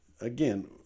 again